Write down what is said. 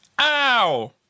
Ow